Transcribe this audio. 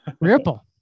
Ripple